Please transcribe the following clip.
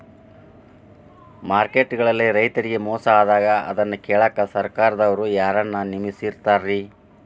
Market ಗಳಲ್ಲಿ ರೈತರಿಗೆ ಮೋಸ ಆದಾಗ ಅದನ್ನ ಕೇಳಾಕ್ ಸರಕಾರದವರು ಯಾರನ್ನಾ ನೇಮಿಸಿರ್ತಾರಿ?